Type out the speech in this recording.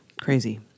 crazy